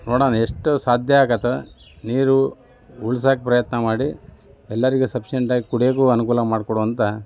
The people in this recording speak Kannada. ನೋಡೋಣ ಎಷ್ಟು ಸಾಧ್ಯ ಆಗುತ್ತೆ ನೀರು ಉಳಿಸಾಕ್ಕ ಪ್ರಯತ್ನ ಮಾಡಿ ಎಲ್ಲರಿಗೂ ಸಫಿಶಿಯಂಟ್ ಆಗಿ ಕುಡಿಯೋಕ್ಕೂ ಅನುಕೂಲ ಮಾಡ್ಕೊಡೋವಂಥ